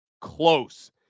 close